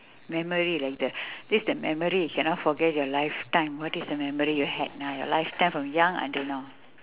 memory like the this the memory you cannot forget your lifetime what is the memory you had in your lifetime from young until now